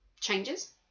changes